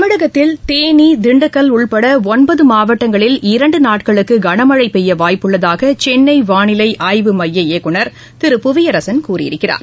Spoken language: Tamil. தமிழகத்தில் தேனி திண்டுக்கல் உள்பட ஒன்பது மாவட்டங்களில் இரண்டு நாட்களுக்கு கனமழை பெய்ய வாய்ப்புள்ளதாக சென்னை வானிலை ஆய்வு மைய இயக்குனர் திரு புவியரசன் கூறியிருக்கிறார்